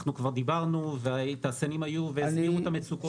אנחנו כבר דיברנו והתעשיינים היו והסבירו את המצוקות.